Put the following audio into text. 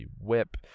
whip